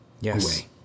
Yes